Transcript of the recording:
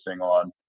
on